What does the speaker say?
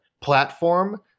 platform